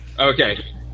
okay